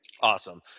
Awesome